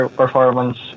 performance